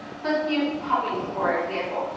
so let's use puppies for example.